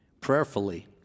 prayerfully